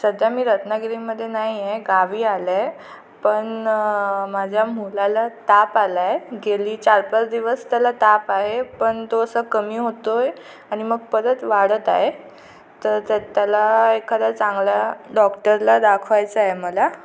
सध्या मी रत्नागिरीमध्ये नाही आहे गावी आले आहे पण माझ्या मुलाला ताप आला आहे गेली चार पाच दिवस त्याला ताप आहे पण तो असं कमी होतो आहे आणि मग परत वाढत आहे तर त्यात त्याला एखादा चांगला डॉक्टरला दाखवायचा आहे मला